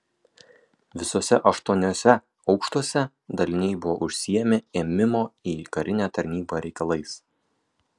visuose aštuoniuose aukštuose daliniai buvo užsiėmę ėmimo į karinę tarnybą reikalais